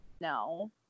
no